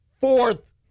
fourth